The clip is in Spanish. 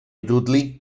dudley